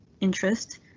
interest